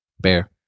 Bear